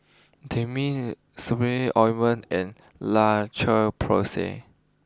Dermale Ointment and La Porsay